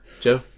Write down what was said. Joe